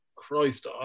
Christ